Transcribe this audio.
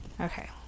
okay